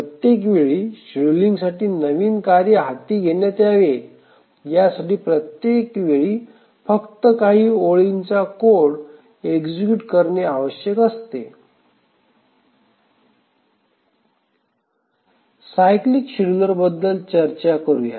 प्रत्येक वेळी शेड्युलिंगसाठी नवीन कार्य हाती घेण्यात यावे यासाठी प्रत्येक वेळी फक्त काही ओळींच्या कोड एक्सुकूयट करणे आवश्यकता असते सायक्लीक शेड्युलर बद्दल चर्चा करूया